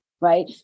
right